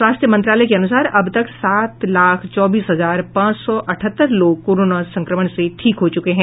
स्वास्थ्य मंत्रालय के अनुसार अब तक सात लाख चौबीस हजार पांच सौ अठहत्त्र लोग कोरोना संक्रमण से ठीक हो चूके हैं